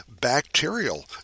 bacterial